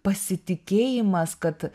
pasitikėjimas kad